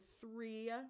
three